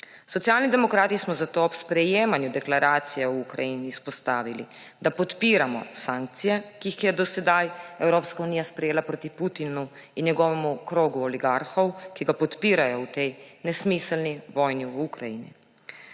Socialni demokrati smo zato ob sprejemanju Deklaracije o Ukrajini izpostavili, da podpiramo sankcije, ki jih je do sedaj Evropska unija sprejela proti Putinu in njegovemu krogu oligarhov, ki ga podpirajo v tej nesmiselni vojni v Ukrajini.